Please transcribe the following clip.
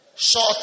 short